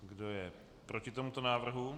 Kdo je proti tomuto návrhu?